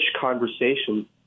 conversation